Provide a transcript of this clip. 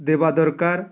ଦେବା ଦରକାର